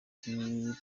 clementine